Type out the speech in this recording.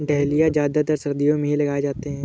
dahlia ज्यादातर सर्दियो मे ही लगाये जाते है